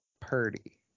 Purdy